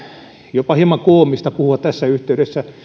jopa hieman koomista puhua tässä yhteydessä